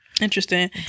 interesting